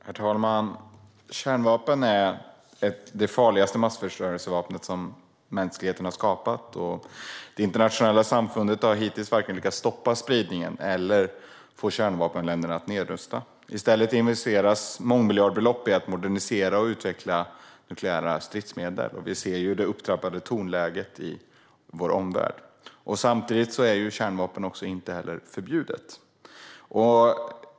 Herr talman! Kärnvapen är det farligaste massförstörelsevapen som mänskligheten har skapat. Det internationella samfundet har hittills varken lyckats stoppa spridningen eller fått kärnvapenländerna att nedrusta. I stället investeras mångmiljardbelopp i att modernisera och utveckla nukleära stridsmedel. Vi ser det upptrappade tonläget i vår omvärld. Samtidigt är kärnvapen inte heller förbjudet.